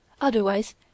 Otherwise